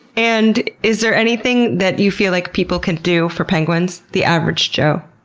and is there anything that you feel like people can do for penguins? the average joe?